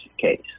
case